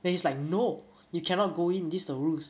then he's like no you cannot go in this the rules